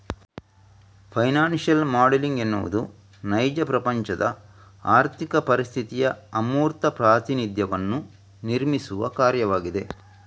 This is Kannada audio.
ಫೈನಾನ್ಶಿಯಲ್ ಮಾಡೆಲಿಂಗ್ ಎನ್ನುವುದು ನೈಜ ಪ್ರಪಂಚದ ಆರ್ಥಿಕ ಪರಿಸ್ಥಿತಿಯ ಅಮೂರ್ತ ಪ್ರಾತಿನಿಧ್ಯವನ್ನು ನಿರ್ಮಿಸುವ ಕಾರ್ಯವಾಗಿದೆ